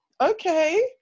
okay